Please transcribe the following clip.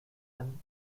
and